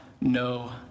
no